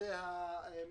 מחיצות,